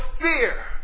fear